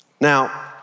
now